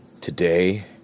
Today